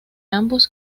ambos